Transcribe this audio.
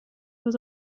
was